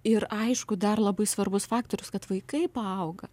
ir aišku dar labai svarbus faktorius kad vaikai paauga